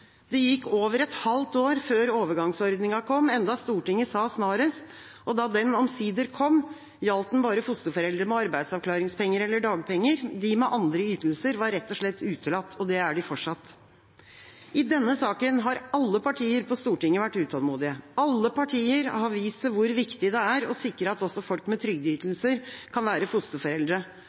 Det gikk over et halvt år før overgangsordningen kom, enda Stortinget sa «snarest», og da den omsider kom, gjaldt den bare fosterforeldre med arbeidsavklaringspenger eller dagpenger. De med andre ytelser var rett og slett utelatt – og det er de fortsatt. I denne saken har alle partier på Stortinget vært utålmodige. Alle partier har vist til hvor viktig det er å sikre at også folk med trygdeytelser kan være fosterforeldre.